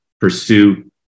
pursue